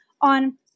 on